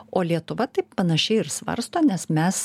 o lietuva taip panašiai ir svarsto nes mes